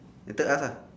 later ask ah